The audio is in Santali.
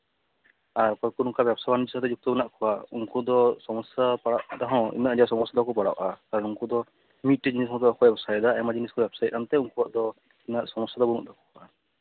ᱟᱨ ᱚᱠᱚᱭ ᱠᱚ ᱱᱚᱝᱠᱟ ᱵᱮᱵᱽᱥᱟ ᱵᱟᱱᱤᱡᱡᱚ ᱥᱟᱶᱛᱮ ᱡᱩᱠᱛᱚ ᱢᱮᱱᱟᱜ ᱠᱚᱣᱟ ᱩᱱᱠᱩ ᱫᱚ ᱥᱚᱢᱚᱥᱥᱟ ᱯᱟᱲᱟᱜ ᱨᱮᱦᱚᱸ ᱩᱱᱟᱹᱜ ᱟᱸᱡᱷᱟᱴ ᱥᱚᱢᱚᱥᱥᱟ ᱨᱮ ᱵᱟᱠᱚ ᱯᱟᱲᱟᱜᱼᱟ ᱟᱨ ᱩᱱᱠᱩ ᱫᱚ ᱢᱤᱫᱴᱮᱡ ᱡᱤᱱᱤᱥ ᱢᱚᱛᱚ ᱚᱠᱚᱭᱮ ᱵᱮᱵᱽᱥᱟᱭᱮᱫᱟᱭ ᱟᱭᱢᱟ ᱡᱤᱱᱤᱥ ᱠᱚ ᱵᱮᱵᱽᱥᱟᱭᱮᱜ ᱠᱟᱱᱛᱮ ᱩᱱᱠᱩᱣᱟᱜ ᱫᱚ ᱩᱱᱟᱹᱜ ᱥᱚᱢᱚᱥᱥᱟ ᱫᱚ ᱵᱟᱹᱱᱩᱜ ᱛᱟᱠᱚᱣᱟ